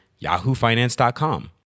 yahoofinance.com